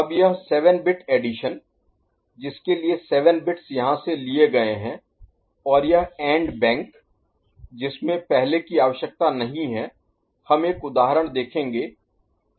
अब यह 7 bit addition जिसके लिए 7 बिट्स यहाँ से लिए गए हैं और यह AND बैंक जिसमे पहले की आवश्यकता नहीं है हम एक उदाहरण देखेंगे कि इसकी आवश्यकता क्यों नहीं है